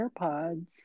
AirPods